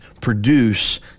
produce